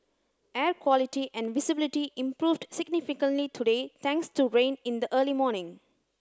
air quality and visibility improved significantly today thanks to rain in the early morning